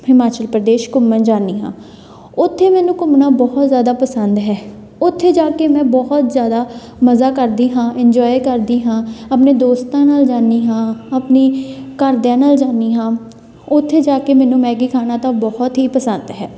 ਹਿਮਾਚਲ ਪ੍ਰਦੇਸ਼ ਘੁੰਮਣ ਜਾਂਦੀ ਹਾਂ ਉੱਥੇ ਮੈਨੂੰ ਘੁੰਮਣਾ ਬਹੁਤ ਜ਼ਿਆਦਾ ਪਸੰਦ ਹੈ ਉੱਥੇ ਜਾ ਕੇ ਮੈਂ ਬਹੁਤ ਜ਼ਿਆਦਾ ਮਜ਼ਾ ਕਰਦੀ ਹਾਂ ਇੰਜੋਏ ਕਰਦੀ ਹਾਂ ਆਪਣੇ ਦੋਸਤਾਂ ਨਾਲ ਜਾਂਦੀ ਹਾਂ ਆਪਣੀ ਘਰਦਿਆਂ ਨਾਲ ਜਾਂਦੀ ਹਾਂ ਉੱਥੇ ਜਾ ਕੇ ਮੈਨੂੰ ਮੈਗੀ ਖਾਣਾ ਤਾਂ ਬਹੁਤ ਹੀ ਪਸੰਦ ਹੈ